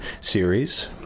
series